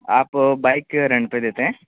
آپ bike rent پہ دیتے ہیں